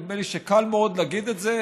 נדמה לי שקל מאוד להגיד את זה,